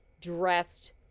dressed